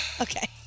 Okay